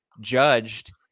judged